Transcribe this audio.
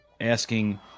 asking